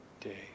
day